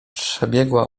przebiegła